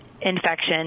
infection